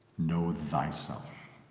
know thyself